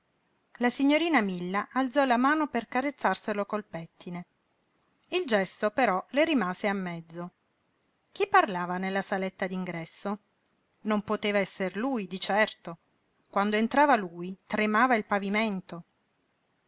la signorina milla alzò la mano per carezzarselo col pettine il gesto però le rimase a mezzo chi parlava nella saletta d'ingresso non poteva esser lui di certo quando entrava lui tremava il pavimento